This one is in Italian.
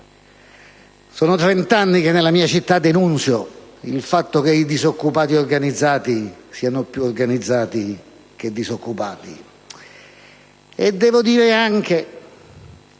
Sono 30 anni che nella mia città denunzio il fatto che i disoccupati organizzati siano più organizzati che disoccupati. Avevo pensato